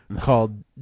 called